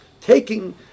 taking